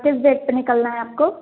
किस डेट पर निकलना है आपको